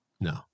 No